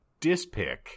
Dispick